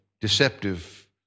deceptive